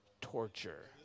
torture